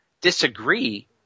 disagree